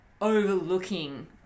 overlooking